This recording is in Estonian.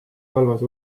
halvas